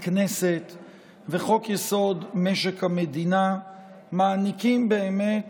הכנסת וחוק-יסוד: משק המדינה מעניקים באמת